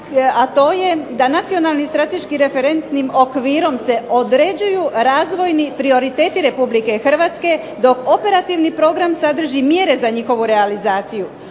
a to je da Nacionalnim strateškim referentnim okvirom se određuju razvojni prioriteti Republike Hrvatske, dok Operativni program sadrži mjere za njihovu realizaciju.